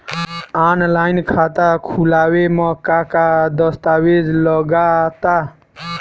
Online खाता खूलावे म का का दस्तावेज लगा ता?